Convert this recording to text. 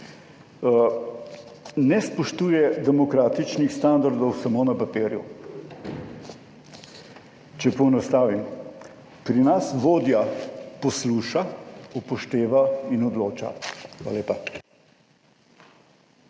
ne spoštuje demokratičnih standardov samo na papirju. Če poenostavim, pri nas vodja posluša, upošteva in odloča. Hvala lepa.